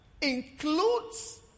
includes